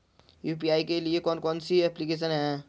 UPI के लिए कौन कौन सी एप्लिकेशन हैं?